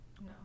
No